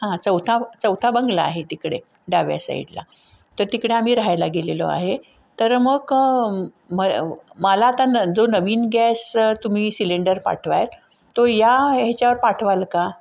हां चौथा चौथा बंगला आहे तिकडे डाव्या साईडला तर तिकडे आम्ही राहायला गेलेलो आहे तर मग म मला आता न जो नवीन गॅस तुम्ही सिलेंडर पाठवाल तो या ह्याच्यावर पाठवाल का